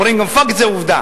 אומרים: גם fact זה עובדה.